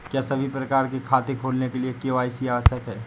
क्या सभी प्रकार के खाते खोलने के लिए के.वाई.सी आवश्यक है?